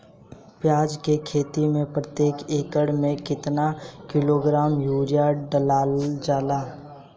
प्याज के खेती में प्रतेक एकड़ में केतना किलोग्राम यूरिया डालल जाला?